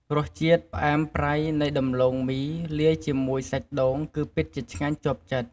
រសជាតិផ្អែមប្រៃនៃដំឡូងមីលាយជាមួយសាច់ដូង គឺពិតជាឆ្ងាញ់ជាប់ចិត្ត។